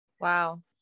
Wow